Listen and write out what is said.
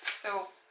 so